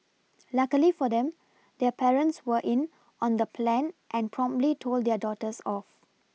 luckily for them their parents were in on the plan and promptly told their daughters off